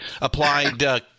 applied